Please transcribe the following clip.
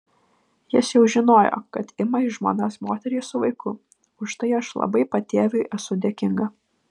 jis jau žinojo kad ima į žmonas moterį su vaiku už tai aš labai patėviui esu dėkinga